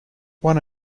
one